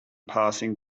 passing